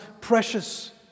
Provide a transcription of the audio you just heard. precious